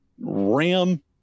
ram